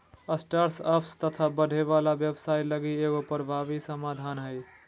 startups तथा बढ़े वाला व्यवसाय लगी एगो प्रभावी समाधान हइ